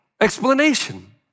explanation